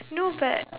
no but